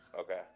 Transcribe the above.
Okay